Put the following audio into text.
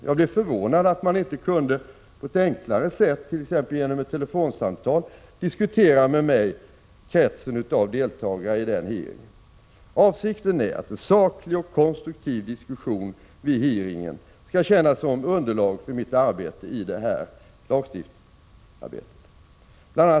Jag är förvånad över att man inte på ett enklare sätt, t.ex. genom ett telefonsamtal, med mig, kunde diskutera frågan om kretsen av deltagare i hearingen. Avsikten är att få till stånd en saklig och konstruktiv diskussion, som skall tjäna såsom underlag för mitt arbete med denna lagstiftning. Bl.